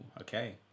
Okay